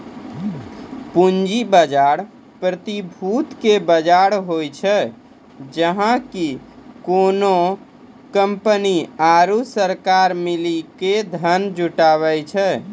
पूंजी बजार, प्रतिभूति के बजार होय छै, जहाँ की कोनो कंपनी आरु सरकार मिली के धन जुटाबै छै